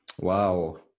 Wow